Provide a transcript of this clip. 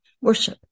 worship